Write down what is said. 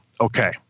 Okay